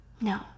No